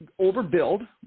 overbuild